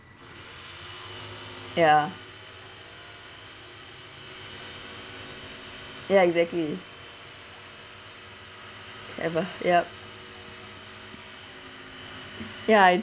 ya ya exactly ever yup ya